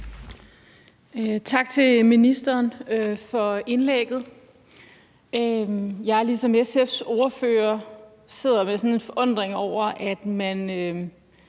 Tak til ministeren for indlægget. Jeg sidder ligesom SF's ordfører med sådan en forundring over, at man